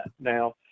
Now